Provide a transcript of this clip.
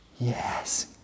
Yes